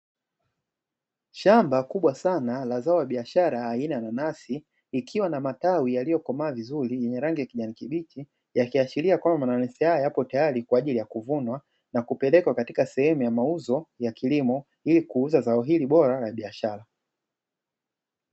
Shamba kubwa sana la zao la biashara aina ya nanasi likuwa na matawi yaliokomaa vizuri yenye rangi ya kijani kibichi yakiashiria kwamba mananasi haya yapo tayari kwaajili ya kuvunwa na kupelekwa katika sehemu ya mauzo ya kilimo, ili kuuza zao hili bora la biashara.